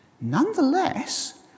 Nonetheless